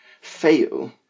fail